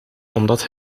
omdat